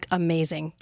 amazing